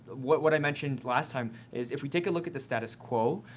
what what i mentioned last time is if we take a look at the status quo,